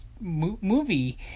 movie